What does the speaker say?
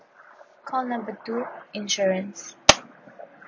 call number two insurance